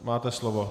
Máte slovo.